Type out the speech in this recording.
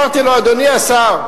אמרתי לו: אדוני השר,